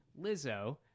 Lizzo